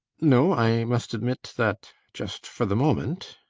no i must admit that just for the moment